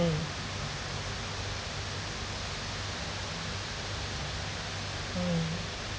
mm mm